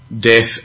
death